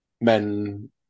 men